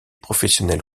professionnelle